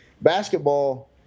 Basketball